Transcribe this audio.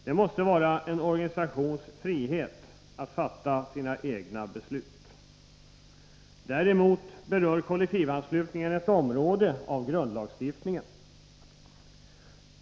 Det måste vara en organisation fritt att fatta sina egna beslut. Däremot berör frågan om kollektivanslutningen ett område av grundlagsstiftningen.